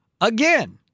again